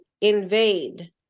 invade